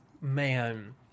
Man